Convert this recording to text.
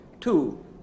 two